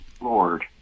Lord